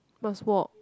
must walk